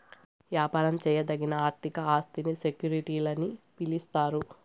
యాపారం చేయదగిన ఆర్థిక ఆస్తిని సెక్యూరిటీలని పిలిస్తారు